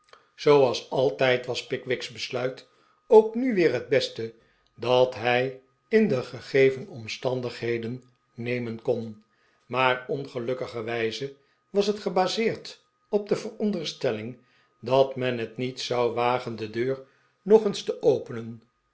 zooals altijd was pickwick's besluit ook nu weer het beste dat hij in de gegeven omstandigheden nem'en kon maar ongelukkigerwijze was het gebaseerd op de veronderstelling dat men het y niet zou wagen de deur nog eens te openen